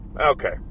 Okay